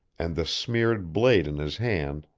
and the smeared blade in his hand,